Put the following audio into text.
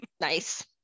Nice